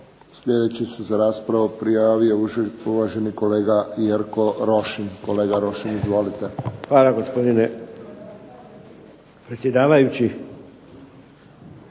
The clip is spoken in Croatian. Sljedeći se za raspravu prijavio uvaženi kolega Jerko Rošin. Kolega Rošin izvolite. **Rošin, Jerko (HDZ)** Hvala gospodine predsjedavajući.